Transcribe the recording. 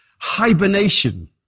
Hibernation